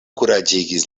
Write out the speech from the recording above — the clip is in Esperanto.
kuraĝigis